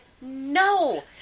no